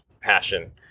passion